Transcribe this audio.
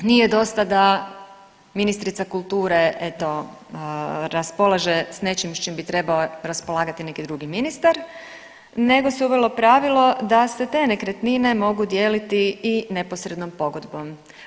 Nije dosta da ministrica kulture, eto, raspolaže s nečim s čim bi trebao raspolagati neki drugi ministar, nego se uvelo pravilo da se te nekretnine mogu dijeliti i neposrednom pogodbom.